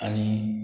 आनी